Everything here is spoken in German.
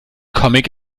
comic